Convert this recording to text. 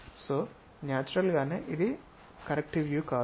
so natural గానే ఇది సరైన వ్యూ కాదు